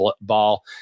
ball